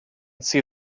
see